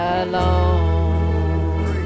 alone